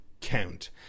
count